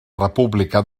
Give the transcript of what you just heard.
república